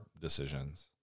decisions